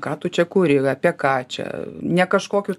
ką tu čia kuri yra apie ką čia ne kažkokiu